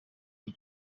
iyi